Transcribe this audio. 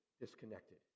disconnected